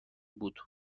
بود